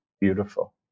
Beautiful